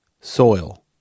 soil